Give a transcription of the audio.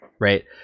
right